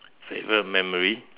favourite memory